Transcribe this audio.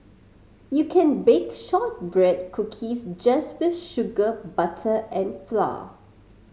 you can bake shortbread cookies just with sugar butter and flour